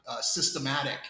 systematic